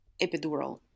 epidural